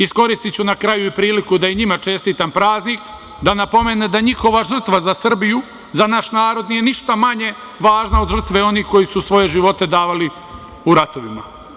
Iskoristiću na kraju i priliku da i njima čestitam praznik, da napomenem da njihova žrtva za Srbiju, za naš narod nije ništa manje važna od žrtve onih koji su svoje živote davali u ratovima.